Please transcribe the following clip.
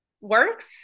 works